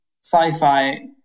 sci-fi